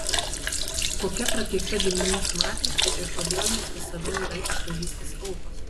kokia prakeikta giminės matrica ir kodėl jos visada yra išdavystės aukos